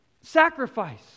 sacrifice